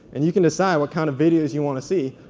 and you can decide what kind of videos you want to see,